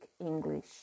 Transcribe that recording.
English